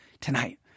Tonight